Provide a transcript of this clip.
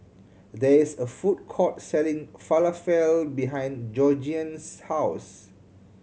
there is a food court selling Falafel behind Georgiann's house